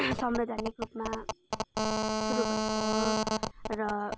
संवैधानिक रूपमा सुरु भएको हो र